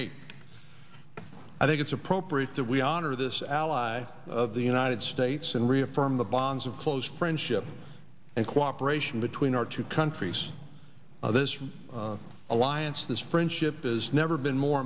eight i think it's appropriate that we honor this ally of the united states and reaffirm the bonds of close friendship and cooperation between our two countries of this for alliance this friendship has never been more